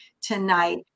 tonight